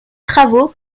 travaux